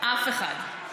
אף אחד.